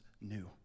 new